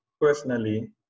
personally